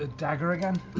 ah dagger again?